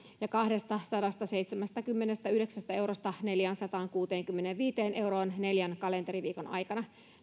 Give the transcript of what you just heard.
ja kahdestasadastaseitsemästäkymmenestäyhdeksästä eurosta neljäänsataankuuteenkymmeneenviiteen euroon neljän kalenteriviikon aikana